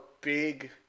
big